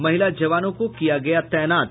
महिला जवानों को किया गया तैनात